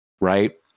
right